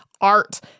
art